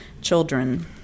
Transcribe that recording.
children